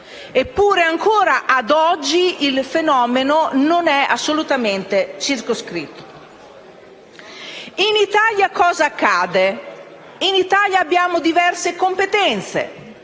Eppure, ancora a oggi il fenomeno non è assolutamente circoscritto. In Italia cosa accade? Vi sono diverse competenze: